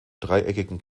dreieckigen